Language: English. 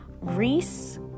Reese